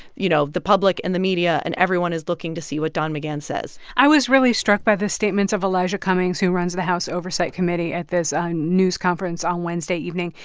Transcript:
you know, the public and the media and everyone is looking to see what don mcgahn says i was really struck by the statements of elijah cummings, who runs the house oversight committee at this news conference on wednesday evening.